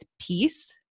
peace